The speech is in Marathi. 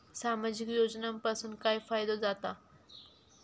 सामाजिक योजनांपासून काय फायदो जाता?